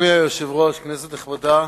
אדוני היושב-ראש, כנסת נכבדה,